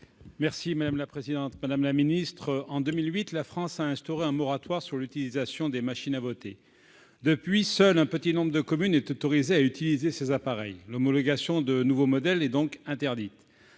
Merci madame la présidente, madame la Ministre, en 2008, la France a instauré un moratoire sur l'utilisation des machines à voter depuis, seul un petit nombre de communes est autorisé à utiliser ces appareils l'homologation de nouveaux modèles et donc interdites